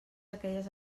aquelles